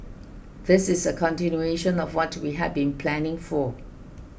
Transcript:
this is a continuation of what we had been planning for